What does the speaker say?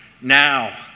Now